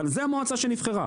אבל זה המועצה שנבחרה,